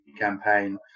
campaign